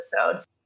episode